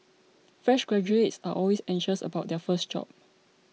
fresh graduates are always anxious about their first job